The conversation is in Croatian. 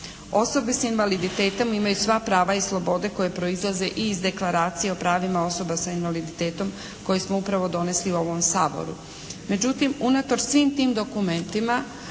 Osobe s invaliditetom imaju sva prava i slobode koje proizlaze i iz Deklaracije o pravima osoba sa invaliditetom koji smo upravo donesli u ovom Saboru.